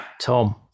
Tom